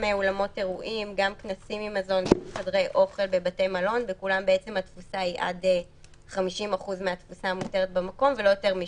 חדר אוכל בבית מלון כאמור בתקנה 7(ב)(5א) בהתאם להוראות פסקה (13א)".